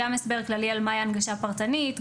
גם הסבר כללי על מהי הנגשה פרטנית,